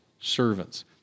servants